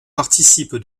participe